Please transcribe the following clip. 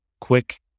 quick